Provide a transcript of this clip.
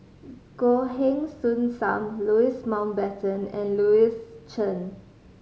Goh Heng Soon Sam Louis Mountbatten and Louis Chen